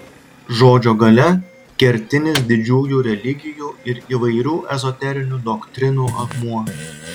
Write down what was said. žodžio galia kertinis didžiųjų religijų ir įvairių ezoterinių doktrinų akmuo